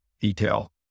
detail